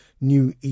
new